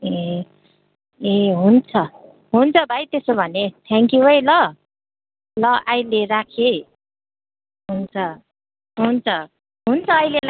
ए ए हुन्छ हुन्छ भाइ त्यसो भने थ्याङ्क यु है ल ल अहिले राखे है हुन्छ हुन्छ हुन्छ अहिलेलाई